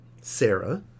Sarah